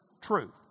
true